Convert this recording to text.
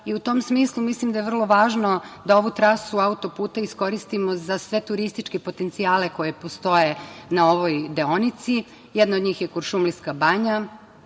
i u tom smislu mislim da je vrlo važno da ovu trasu autoputa iskoristimo za sve političke potencijale koji postoje na ovoj deonici. Jedan od njih je Kuršumlijska banja,